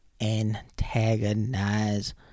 antagonize